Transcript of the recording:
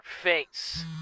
face